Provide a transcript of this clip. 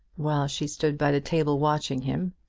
while she stood by the table watching him.